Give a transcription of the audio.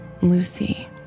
lucy